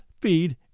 feed